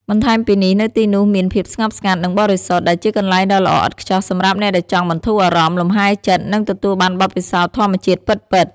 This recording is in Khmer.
បន្ថែមពីនេះ នៅទីនោះមាន ភាពស្ងប់ស្ងាត់ និងបរិសុទ្ធ ដែលជាកន្លែងដ៏ល្អឥតខ្ចោះសម្រាប់អ្នកដែលចង់បន្ធូរអារម្មណ៍ លំហែចិត្ត និងទទួលបានបទពិសោធន៍ធម្មជាតិពិតៗ។